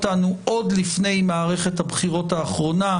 לא שחשודים בפלילים.